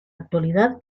actualidad